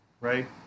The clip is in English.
right